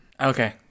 Okay